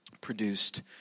produced